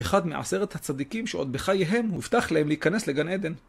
אחד מעשרת הצדיקים שעוד בחייהם הובטח להם להיכנס לגן עדן.